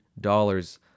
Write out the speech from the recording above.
dollars